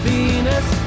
Venus